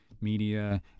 Media